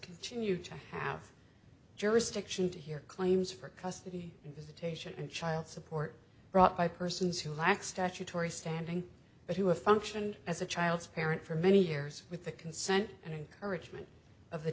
continue to have jurisdiction to hear claims for custody and visitation and child support brought by persons who lack statutory standing but who have functioned as a child's parent for many years with the consent and encouragement of the